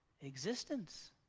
existence